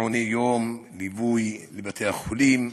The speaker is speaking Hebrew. מעונות-יום, ליווי לבתי-החולים,